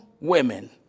women